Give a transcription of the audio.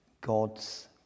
God's